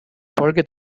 folge